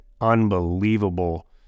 Unbelievable